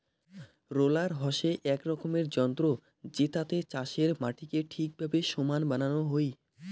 roller হসে এক রকমের যন্ত্র জেতাতে চাষের মাটিকে ঠিকভাবে সমান বানানো হই